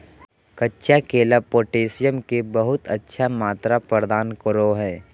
कच्चा केला पोटैशियम के बहुत अच्छा मात्रा प्रदान करो हइ